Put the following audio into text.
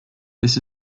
this